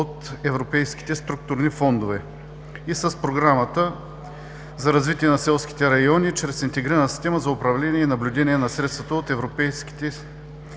от европейските структурни фондове и с Програмата за развитие на селските райони чрез интегрирана система за управление и наблюдение на средствата от европейските